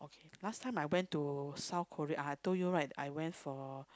last time I went to South Korea I told you right I went for